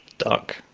dark.